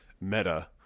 Meta